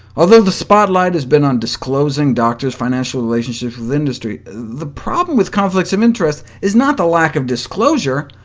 although the spotlight has been on disclosing doctor's financial relationships with industry, the problem with conflicts of interest is not the lack of disclosure,